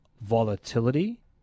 volatility